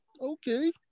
Okay